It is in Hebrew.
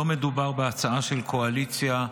לא מדובר בהצעה של קואליציה,